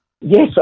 Yes